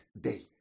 day